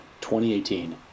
2018